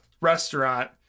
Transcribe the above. restaurant